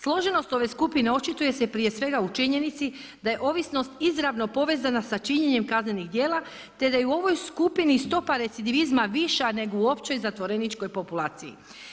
Složenost ove skupine očituje se prije svega u činjenici da je ovisnost izravno povezana sa činjenjem kaznenih djela, te da je u ovoj skupini stopa recidivizma viša nego u općoj zatvoreničkoj populaciji.